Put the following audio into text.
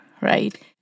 right